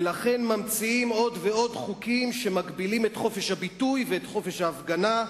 ולכן ממציאים עוד ועוד חוקים שמגבילים את חופש הביטוי ואת חופש ההפגנה,